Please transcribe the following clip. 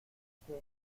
que